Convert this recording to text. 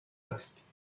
است